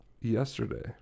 yesterday